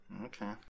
Okay